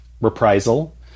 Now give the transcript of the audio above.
reprisal